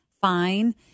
fine